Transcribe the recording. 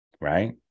right